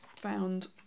found